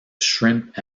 shrimp